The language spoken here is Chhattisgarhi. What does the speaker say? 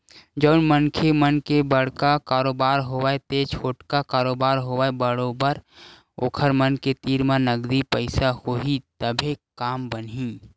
जउन मनखे मन के बड़का कारोबार होवय ते छोटका कारोबार होवय बरोबर ओखर मन के तीर म नगदी पइसा होही तभे काम बनही